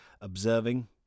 observing